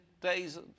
days